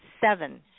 seven